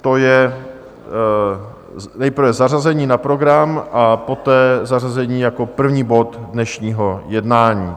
To je nejprve zařazení na program a poté zařazení jako první bod dnešního jednání.